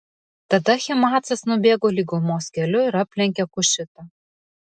tada ahimaacas nubėgo lygumos keliu ir aplenkė kušitą